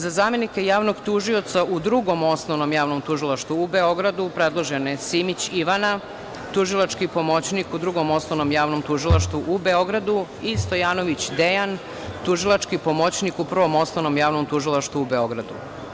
Za zamenika javnog tužioca u Drugom osnovnom javnom tužilaštvu u Beogradu predložena je Simić Ivana, tužilački pomoćnik u Drugom osnovnom javnom tužilaštvu u Beogradu i Stojanović Dejan, tužilački pomoćnik u Prvom osnovnom javnom tužilaštvu u Beogradu.